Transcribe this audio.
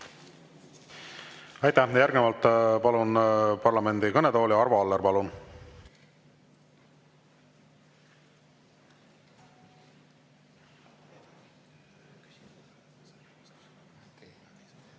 Aitäh! Järgnevalt palun parlamendi kõnetooli Arvo Alleri. Palun!